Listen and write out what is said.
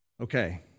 Okay